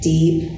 Deep